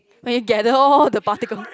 when you gather all the particle